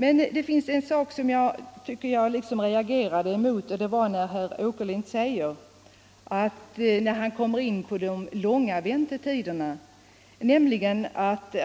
Men det var en sak jag reagerade emot och det var när herr Åkerlind kom in på de långa väntetiderna.